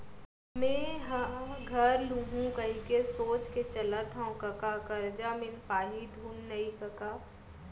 मेंहा घर लुहूं कहिके सोच के चलत हँव कका करजा मिल पाही धुन नइ कका